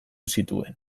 zituen